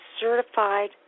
certified